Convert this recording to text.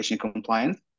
compliance